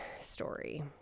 story